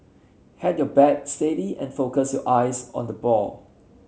head your bat steady and focus your eyes on the ball